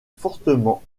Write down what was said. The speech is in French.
fortement